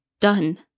done